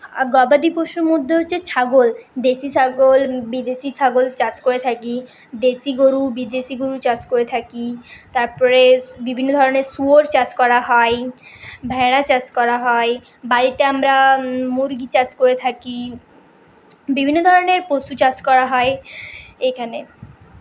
গবাদি পশুর মধ্যে হচ্ছে ছাগল দেশি ছাগল বিদেশি ছাগল চাষ করে থাকি দেশি গরু বিদেশি গরু চাষ করে থাকি তারপরে বিভিন্ন ধরণের শুয়োর চাষ করা হয় ভেড়া চাষ করা হয় বাড়িতে আমরা মুরগি চাষ করে থাকি বিভিন্ন ধরনের পশু চাষ করা হয় এখানে